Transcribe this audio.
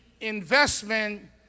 investment